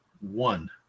one